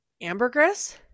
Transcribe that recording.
ambergris